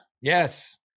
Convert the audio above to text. Yes